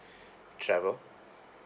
travel